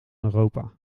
europa